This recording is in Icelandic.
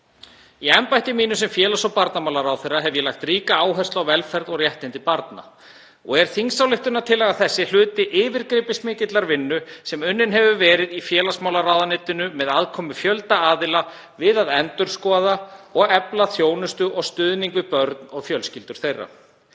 Í embætti mínu sem félags- og barnamálaráðherra hef ég lagt ríka áherslu á velferð og réttindi barna og er þingsályktunartillaga þessi hluti yfirgripsmikillar vinnu sem unnin hefur verið í félagsmálaráðuneytinu með aðkomu fjölda aðila við að endurskoða og efla þjónustu og stuðning við börn og fjölskyldur þeirra.